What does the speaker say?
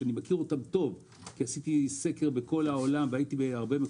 שאני מכיר אותם טוב כי עשיתי סקר בכל העולם וגם הבאתי